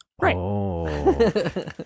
Right